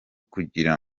kugira